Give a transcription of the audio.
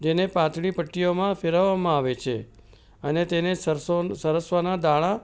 જેને પાતળી પટ્ટીઓમાં ફેરવવામાં આવે છે અને તેને સરસવ સરસવના દાણા